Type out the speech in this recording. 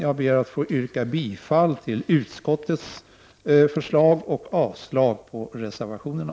Jag ber att få yrka bifall till utskottets förslag och avslag på reservationerna.